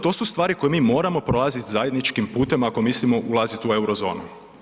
To su stvari koje mi moramo prolaziti zajedničkim putem ako mislimo ulaziti u Eurozonu.